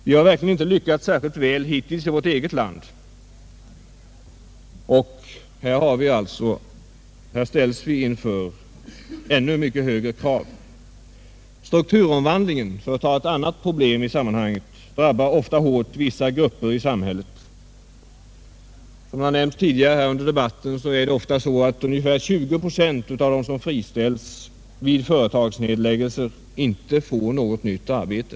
Vi har verkligen inte lyckats särskilt väl hittills i vårt eget land, och här ställs vi inför ännu mycket högre krav. Strukturomvandlingen, för att nämna ett annat problem i sammanhanget, drabbar ofta hårt vissa grupper i samhället. Som nämnts tidigare här i debatten är det ofta så att ungefär 20 procent av dem som friställs vid företagsnedläggelser inte får något nytt arbete.